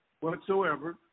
whatsoever